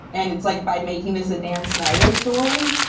and it's like by making this a dan snyder story.